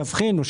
תבחינו.